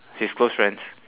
his close friends